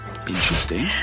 interesting